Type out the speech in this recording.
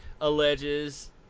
Alleges